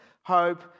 hope